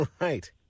right